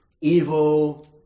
evil